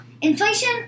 inflation